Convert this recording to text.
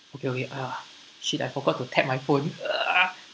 okay okay ah shit I forgot to tap my phone